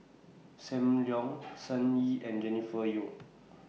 SAM Leong Shen Xi and Jennifer Yeo